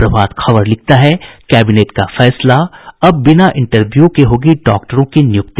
प्रभात खबर लिखता है कैबिनेट का फैसला अब बिना इंटरव्यू के होगी डॉक्टरों की नियुक्ति